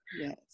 yes